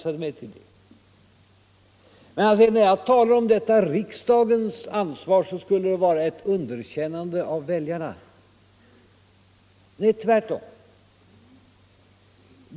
Att tala om riksdagens ansvar, som jag gjorde, innebär ett underkännande av väljarna, säger herr Krönmark. Nej, tvärtom!